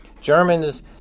Germans